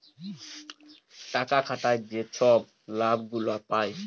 টাকা খাটায় যে ছব লাভ গুলা পায়